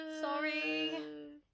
sorry